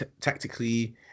tactically